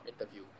interview